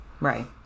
Right